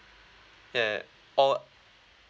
yeah or